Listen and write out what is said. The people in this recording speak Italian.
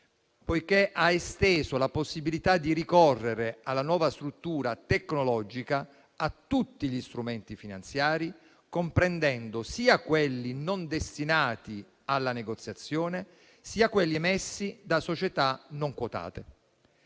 poiché ha esteso la possibilità di ricorrere alla nuova struttura tecnologica a tutti gli strumenti finanziari, comprendendo sia quelli non destinati alla negoziazione sia quelli emessi da società non quotate.